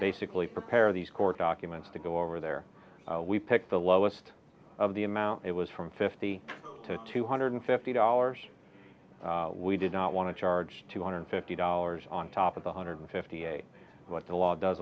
basically prepare these court documents to go over there we picked the lowest of the amount it was from fifty to two hundred fifty dollars we did not want to charge two hundred fifty dollars on top of the hundred fifty eight what the law does